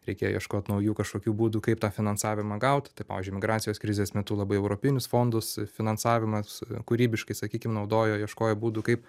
reikėjo ieškot naujų kažkokių būdų kaip tą finansavimą gaut tai pavyzdžiui migracijos krizės metu labai europinius fondus finansavimas kūrybiškai sakykim naudojo ieškojo būdų kaip